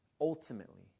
Ultimately